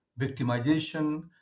victimization